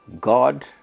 God